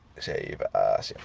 save as